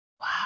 Wow